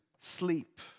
Sleep